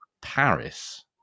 Paris